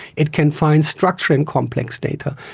it can find structure in complex data.